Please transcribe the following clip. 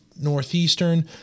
Northeastern